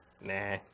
nah